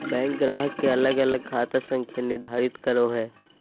bank ग्राहक के अलग अलग खाता संख्या निर्धारित करो हइ